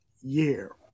year